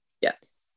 yes